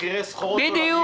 מחירי סחורות עולמיות.